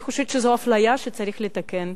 אני חושבת שזו אפליה שצריך לתקן.